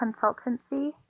consultancy